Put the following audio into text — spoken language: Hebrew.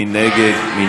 מי נגד?